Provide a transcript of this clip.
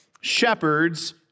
shepherds